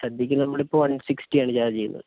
സദ്യക്ക് നമ്മളിപ്പോൾ one sixty ആണ് ചാർജ് ചെയ്യുന്നത്